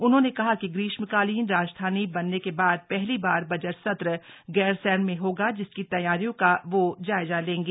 उन्होंने कहा कि ग्रीष्मकालीन राजधानी बनने के बाद पहली बार बजट सत्र गैरसैंण में होगा जिसकी तैयारियों का वो जायजा लेंगे